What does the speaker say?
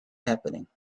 happening